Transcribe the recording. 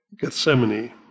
Gethsemane